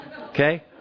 Okay